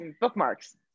bookmarks